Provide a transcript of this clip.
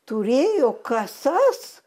turėjo kasas